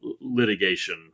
litigation